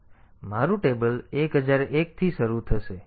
તેથી મારું ટેબલ 1001 થી શરૂ થશે મારું ટેબલ 1001 થી શરૂ થશે